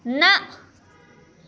نہَ